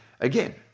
again